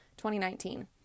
2019